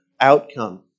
outcome